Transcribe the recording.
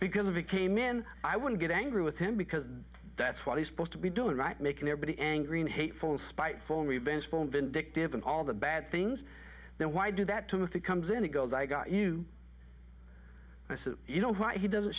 because if it came in i would get angry with him because that's what he's supposed to be doing right making everybody angry and hateful spiteful revengeful vindictive and all the bad things then why do that to him if he comes in he goes i got you you know why he doesn't